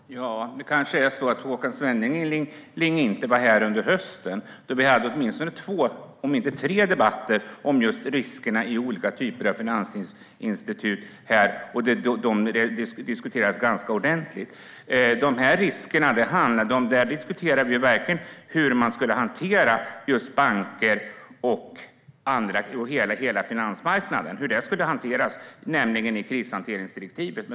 Herr talman! Det kanske är så att Håkan Svenneling inte var här under hösten när vi hade åtminstone två, om inte tre, debatter om just riskerna i olika typer av finansinstitut. Det diskuterades ganska ordentligt. Då diskuterade vi verkligen hur man skulle hantera just banker och hela finansmarknaden, nämligen i krishanteringsdirektivet.